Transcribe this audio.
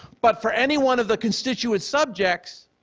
but for anyone of the constituent subjects,